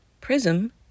Prism